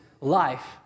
life